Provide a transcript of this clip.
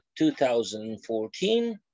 2014